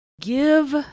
Give